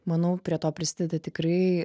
manau prie to prisideda tikrai